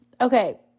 Okay